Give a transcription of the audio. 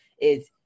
is-